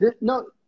No